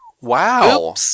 Wow